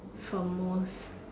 for most